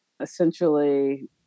essentially